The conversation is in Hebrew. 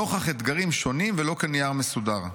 נוכח אתגרים שונים ולא כנייר מסודר.